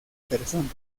personas